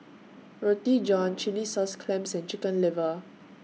Roti John Chilli Sauce Clams and Chicken Liver